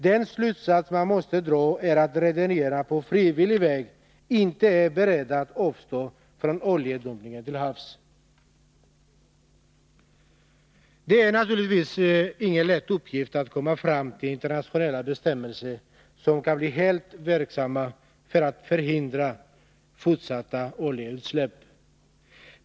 Den slutsats man måste dra är att rederierna på frivillig väg inte är beredda att avstå från oljedumpningar till havs. Det är naturligtvis ingen lätt uppgift att komma fram till internationella bestämmelser som kan bli helt verksamma för att förhindra fortsatta oljeutsläpp.